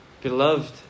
Beloved